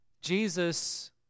Jesus